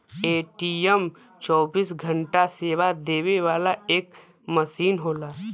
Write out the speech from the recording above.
ATM चौबीस घंटा सेवा देवे वाला एक मसीन होला